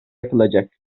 yapılacak